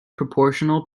proportional